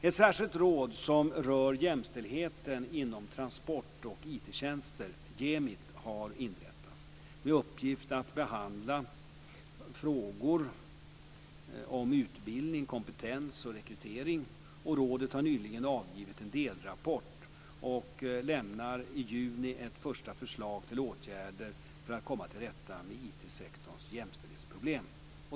1999:83) med uppgift att behandla frågor om utbildning, kompetens och rekrytering. Rådet har nyligen avgivit en delrapport och lämnar i juni ett första förslag till åtgärder för att komma till rätta med IT sektorns jämställdhetsproblem.